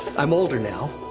i'm older now.